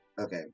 Okay